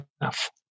enough